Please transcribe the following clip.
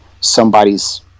somebody's